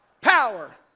Power